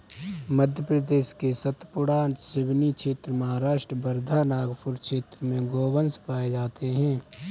मध्य प्रदेश के सतपुड़ा, सिवनी क्षेत्र, महाराष्ट्र वर्धा, नागपुर क्षेत्र में गोवंश पाये जाते हैं